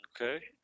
Okay